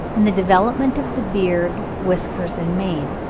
in the development of the beard, whiskers, and mane.